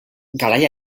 garai